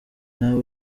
nawe